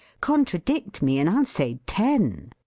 contradict me and i'll say ten.